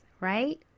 right